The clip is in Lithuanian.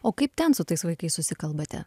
o kaip ten su tais vaikais susikalbate